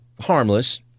harmless